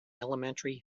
elementary